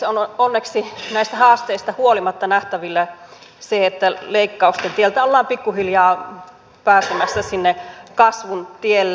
on onneksi näistä haasteista huolimatta nähtävillä se että leikkausten tieltä ollaan pikkuhiljaa pääsemässä sinne kasvun tielle